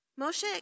Moshe